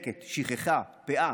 לקט, שכחה, פאה,